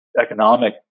economic